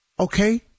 Okay